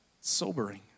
Sobering